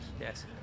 Yes